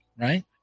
right